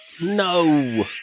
no